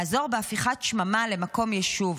לעזור בהפיכת שממה למקום יישוב,